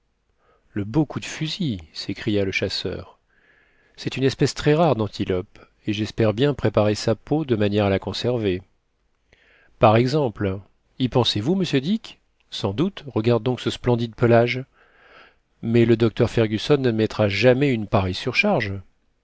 le beau coup de fusil s'écria le chasseur c'est une espèce très rare d'antilope et j'espère bien préparer sa peau de manière à la conserver par exemple y pensez-vous monsieur dick sans doute regarde donc ce splendide pelage mais le docteur fergusson n'admettra jamais une pareille surcharge